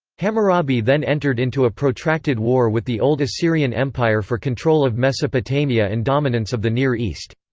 hammurabi then entered into a protracted war with the old assyrian empire for control of mesopotamia and dominance of the near east.